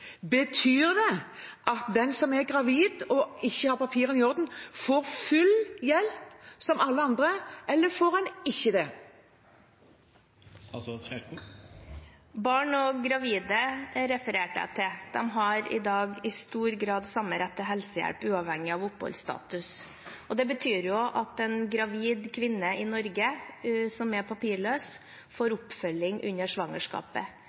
betyr? Betyr det at den som er gravid, og ikke har papirene i orden, får full hjelp som alle andre, eller får en det ikke? Jeg refererte til barn og gravide, og de har i dag i stor grad samme rett til helsehjelp uavhengig av oppholdsstatus. Det betyr at en gravid kvinne i Norge som er papirløs, får oppfølging under svangerskapet.